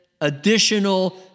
additional